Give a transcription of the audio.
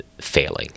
failing